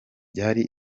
byari